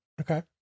Okay